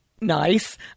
Nice